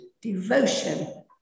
devotion